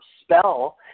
spell